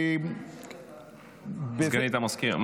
מה?